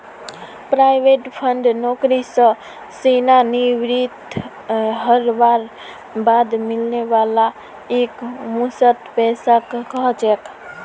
provident fund नौकरी स सेवानृवित हबार बाद मिलने वाला एकमुश्त पैसाक कह छेक